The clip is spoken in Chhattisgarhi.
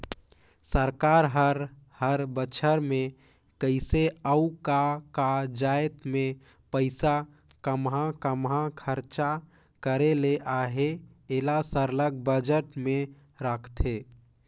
सरकार हर हर बछर में कइसे अउ का का जाएत में पइसा काम्हां काम्हां खरचा करे ले अहे एला सरलग बजट में रखथे